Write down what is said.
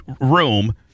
room